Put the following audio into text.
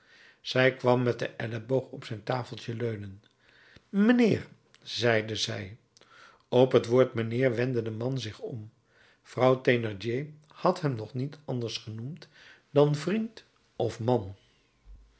zij kwam met den elleboog op zijn tafeltje leunen mijnheer zeide zij op het woord mijnheer wendde de man zich om vrouw thénardier had hem nog niet anders genoemd dan vriend of man